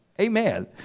Amen